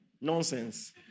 nonsense